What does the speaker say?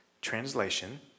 Translation